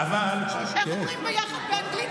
איך אומרים "ביחד" באנגלית,